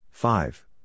Five